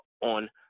on